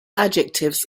adjectives